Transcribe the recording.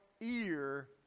ear